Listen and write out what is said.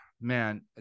man